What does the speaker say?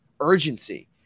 urgency